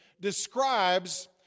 describes